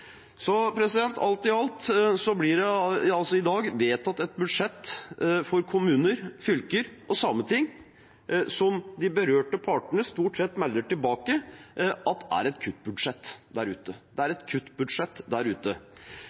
Alt i alt blir det i dag vedtatt et budsjett for kommuner, fylker og Sametinget som de berørte partene stort sett melder tilbake at er et kuttbudsjett. Det er et kuttbudsjett der ute. Med de økonomiske mulighetene regjeringen har til rådighet, burde det